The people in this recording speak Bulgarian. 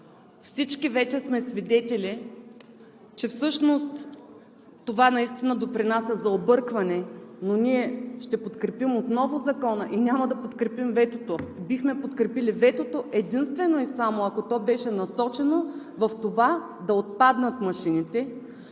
всички вече сме свидетели, че всъщност това наистина допринася за объркване, но ние ще подкрепим отново Закона и няма да подкрепим ветото. Бихме подкрепили ветото единствено и само ако то беше насочено в това да отпаднат машините,